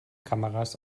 kameras